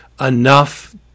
enough